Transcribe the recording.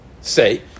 say